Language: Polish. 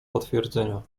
potwierdzenia